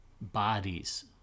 Bodies